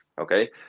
Okay